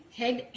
head